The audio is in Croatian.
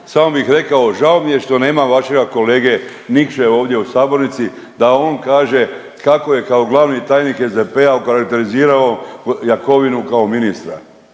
samo bih rekao, žao mi je što nema vašega kolege Nikše ovdje u sabornici, da on kaže kako je kao glavni tajnik SDP-a okarakterizirao kao ministra.